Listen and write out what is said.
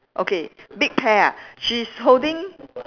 okay big pear ah she's holding